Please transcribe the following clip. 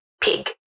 Pig